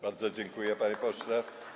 Bardzo dziękuję, panie pośle.